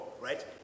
right